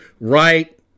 right